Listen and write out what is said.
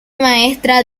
maestra